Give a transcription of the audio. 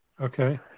okay